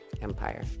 empire